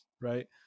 right